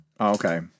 Okay